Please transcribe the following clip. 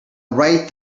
right